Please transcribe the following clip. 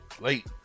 Late